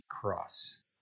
cross